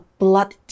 blood